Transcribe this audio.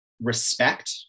respect